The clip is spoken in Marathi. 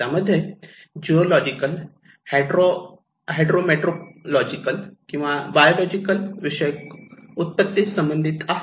त्यामध्ये जिऑलॉजिकल हायड्रोमीट्रोलॉजिकल किंवा बायोलॉजिकल विषयक उत्पत्ती संबंधित आहेत